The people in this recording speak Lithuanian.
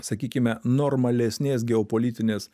sakykime normalesnės geopolitinės